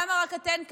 למה רק אתן כאן?